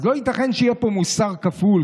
לא ייתכן שיהיה פה מוסר כפול.